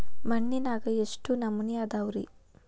ಮಣ್ಣಿನಾಗ ಎಷ್ಟು ನಮೂನೆ ಅದಾವ ರಿ?